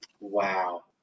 wow